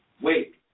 Wait